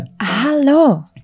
Hello